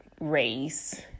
race